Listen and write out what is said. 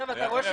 אני אומר לכם